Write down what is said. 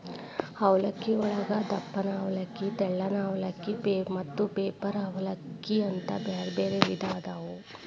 ಅವಲಕ್ಕಿಯೊಳಗ ದಪ್ಪನ ಅವಲಕ್ಕಿ, ತೆಳ್ಳನ ಅವಲಕ್ಕಿ, ಮತ್ತ ಪೇಪರ್ ಅವಲಲಕ್ಕಿ ಅಂತ ಬ್ಯಾರ್ಬ್ಯಾರೇ ವಿಧ ಅದಾವು